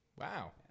Wow